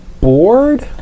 bored